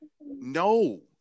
no